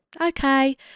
Okay